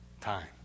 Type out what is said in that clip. time